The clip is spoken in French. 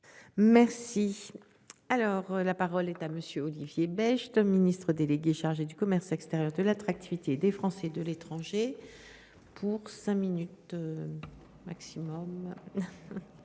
Merci. Alors la parole est à monsieur Olivier Becht un Ministre délégué chargé du commerce extérieur de l'attractivité des Français de l'étranger. Pour cinq minutes. Maximum.